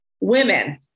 women